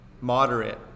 moderate